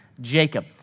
Jacob